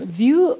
view